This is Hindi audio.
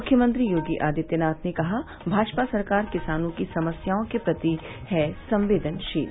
मुख्यमंत्री योगी आदित्यनाथ ने कहा भाजपा सरकार किसानों की समस्याओं के प्रति है संवेदनशील